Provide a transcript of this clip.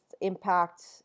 impact